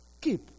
keep